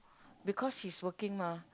because he's working mah